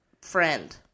friend